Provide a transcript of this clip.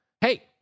hey